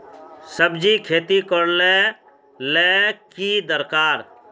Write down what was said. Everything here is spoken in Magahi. सब्जी खेती करले ले की दरकार?